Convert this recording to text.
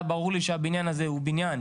היה ברור לי שהבניין הזה הוא בניין